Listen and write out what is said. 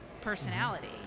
personality